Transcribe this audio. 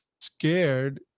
scared